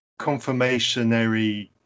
confirmationary